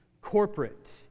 corporate